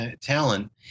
talent